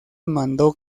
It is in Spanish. mandó